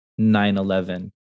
9/11